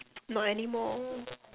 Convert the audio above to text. not anymore